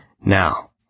Now